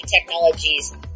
technologies